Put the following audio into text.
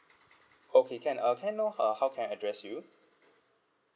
okay can uh can I know uh how can I address you